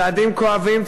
צעדים כואבים,